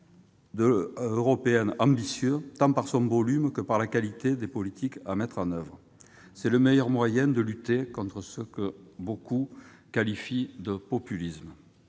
européenne soit ambitieux, tant en volume que par la qualité des politiques mises en oeuvre. C'est le meilleur moyen de lutter contre ce que beaucoup qualifient de populisme.